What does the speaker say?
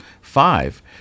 five